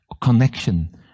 connection